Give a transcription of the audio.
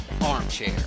armchair